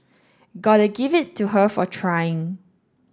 gotta give it to her for trying